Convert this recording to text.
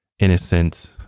innocent